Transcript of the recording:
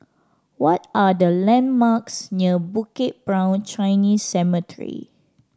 what are the landmarks near Bukit Brown Chinese Cemetery